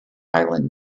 island